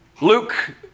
Luke